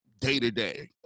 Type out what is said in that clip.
day-to-day